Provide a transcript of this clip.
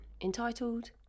entitled